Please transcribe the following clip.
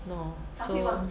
no so